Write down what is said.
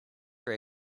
ray